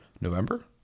November